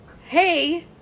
Hey